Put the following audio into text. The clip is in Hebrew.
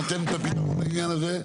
שנותן את הפתרון לעניין הזה?